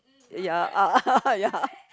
ya uh ya